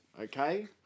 okay